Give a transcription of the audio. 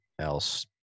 else